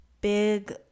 big